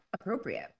appropriate